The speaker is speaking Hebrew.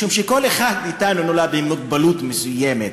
משום שכל אחד מאתנו נולד עם מוגבלות מסוימת.